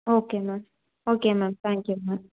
okay ma'am okay ma'am thank you ma'am